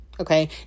Okay